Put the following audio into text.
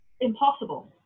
impossible